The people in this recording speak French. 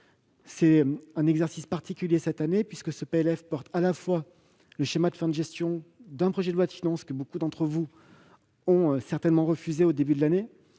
d'un exercice particulier : le présent PLFR comporte à la fois le schéma de fin de gestion d'un projet de loi de finances que beaucoup d'entre vous ont certainement rejeté au début de l'année,